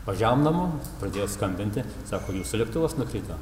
važiavom namo pradėjo skambinti sako jūsų lėktuvas nukrito